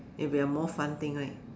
it would be a more fun thing right